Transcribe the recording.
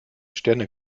sterne